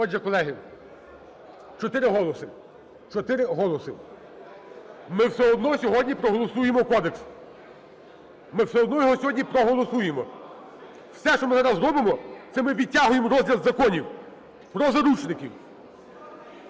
Отже, колеги, 4 голоси, 4 голоси. Ми все одно сьогодні проголосуємо Кодекс. Ми все одно його сьогодні проголосуємо. Все, що ми зараз робимо – це ми відтягуємо розгляд законів про заручників,